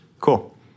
Cool